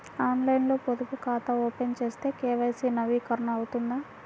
ఆన్లైన్లో పొదుపు ఖాతా ఓపెన్ చేస్తే కే.వై.సి నవీకరణ అవుతుందా?